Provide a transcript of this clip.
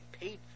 paid